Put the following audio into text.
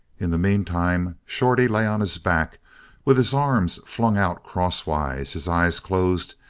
in the meantime, shorty lay on his back with his arms flung out crosswise, his eyes closed,